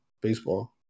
baseball